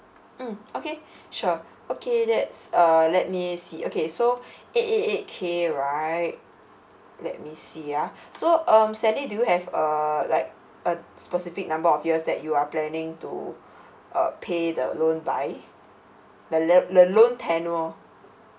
mm okay sure okay that's err let me see okay so eight eight eight K right let me see ah so um sally do you have err like a specific number of years that you are planning to uh pay the loan by the loan tenure